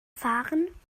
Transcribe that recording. fahren